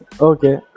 okay